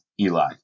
Eli